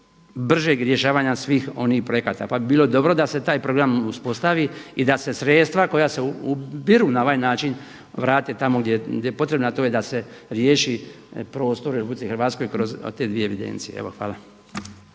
bržeg rješavanja svih onih projekata. Pa bi bilo dobro da se taj program uspostavi i da se sredstva koja se ubiru na ovaj način vrate tamo gdje je potrebno, a to je da se riješi prostor u RH kroz te dvije evidencije. Evo